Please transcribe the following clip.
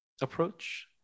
approach